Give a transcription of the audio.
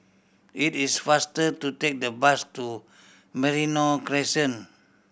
it is faster to take the bus to Merino Crescent